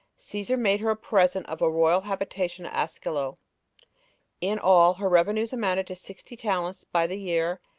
caesar made her a present of a royal habitation at askelo in all, her revenues amounted to sixty talents by the year,